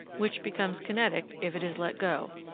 which becomes kinetic if it is let go,